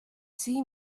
see